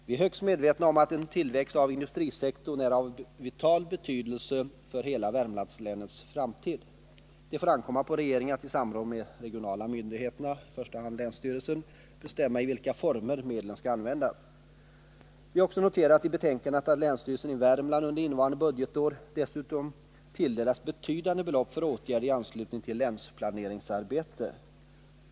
Vi är högst medvetna om att en tillväxt av industrisektorn är av vital betydelse för hela Värmlandslänets framtid. Det får ankomma på regeringen att i samråd med de regionala myndigheterna, i första hand länsstyrelsen, bestämma i vilka former medlen skall användas. Vi har också noterat i betänkandet att länsstyrelsen i Värmlands län under innevarande budgetår dessutom tilldelats betydande belopp för åtgärder i anslutning till länsplaneringsarbetet.